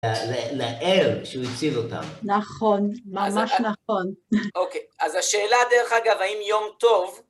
לאל שהוא הציל אותם. נכון, ממש נכון. אוקיי, אז השאלה, דרך אגב, האם יום טוב...